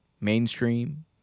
mainstream—